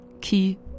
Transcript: key